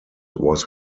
was